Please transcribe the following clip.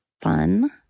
fun